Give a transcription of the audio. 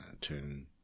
turn